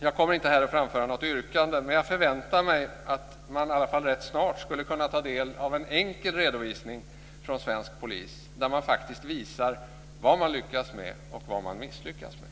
Jag kommer inte att här framföra något yrkande, men jag förväntar mig att man rätt snart ska kunna ta del av en enkel redovisning från svensk polis där man visar vad man lyckas med och vad man misslyckas med.